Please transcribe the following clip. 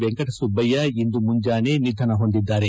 ವೆಂಕಟಸುಬ್ಬಯ್ಕ ಇಂದು ಮುಂಜಾನೆ ನಿಧನ ಹೊಂದಿದ್ದಾರೆ